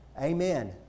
Amen